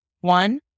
One